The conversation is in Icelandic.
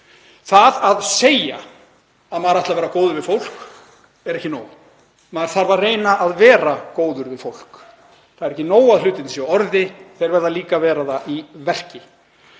Það að segja að maður ætli að vera góður við fólk er ekki nóg, maður þarf að reyna að vera góður við fólk. Það er ekki nóg að hlutirnir séu í orði, þeir verða líka að vera í verki.